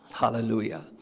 Hallelujah